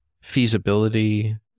feasibility